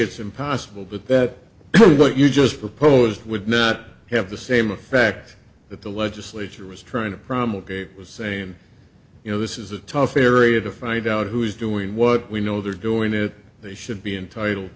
it's impossible but that what you just proposed would not have the same effect that the legislature is trying to promulgated was saying you know this is a tough area to find out who is doing what we know they're doing that they should be entitled